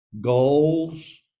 goals